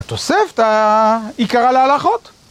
תוסף את העיקרה להלכות?